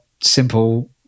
simple